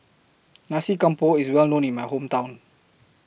Nasi Campur IS Well known in My Hometown